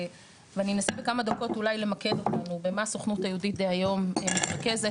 ואני אנסה בכמה דקות אולי למקד אותנו במה הסוכנות היהודית כיום מתרכזת.